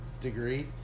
degree